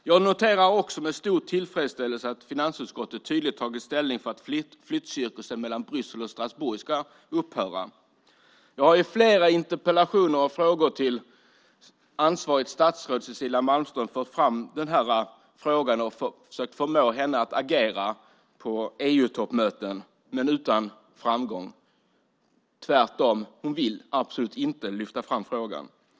Jag noterar också med stor tillfredsställelse att finansutskottet tydligt tagit ställning för att flyttcirkusen mellan Bryssel och Strasbourg ska upphöra. Jag har i flera interpellationer och frågor till ansvarigt statsråd Cecilia Malmström fört fram frågan och försökt förmå henne att agera på EU-toppmöten - men utan framgång. Tvärtom. Hon vill absolut inte lyfta fram frågan.